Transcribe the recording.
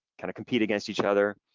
kind of compete against each other.